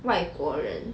外国人